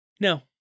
No